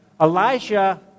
Elijah